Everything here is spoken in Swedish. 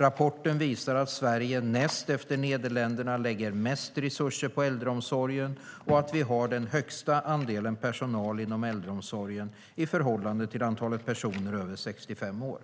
Rapporten visar att Sverige näst efter Nederländerna lägger mest resurser på äldreomsorgen och att vi har den högsta andelen personal inom äldreomsorgen i förhållande till antalet personer över 65 år.